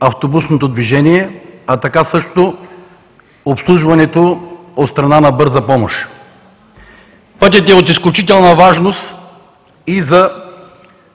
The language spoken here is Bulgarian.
автобусното движение, както и обслужването от страна на Бърза помощ. Пътят е от изключителна важност и за